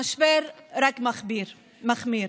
המשבר רק מחמיר: